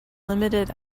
limited